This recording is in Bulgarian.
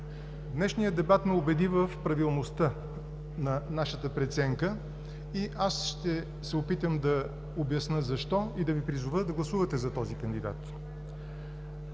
Днешният дебат ме убеди в правилността на нашата преценка. Ще се опитам да Ви обясня защо и да Ви призова да гласувате за този кандидат.